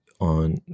On